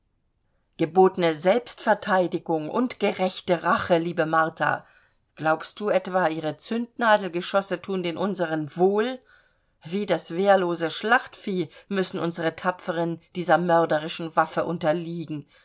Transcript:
gebotene selbstverteidigung und gerechte rache liebe martha glaubst du etwa ihre zündnadelgeschosse thun den unseren wohl wie das wehrlose schlachtvieh müssen unsere tapferen dieser mörderischen waffe unterliegen